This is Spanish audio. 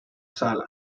sala